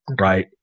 right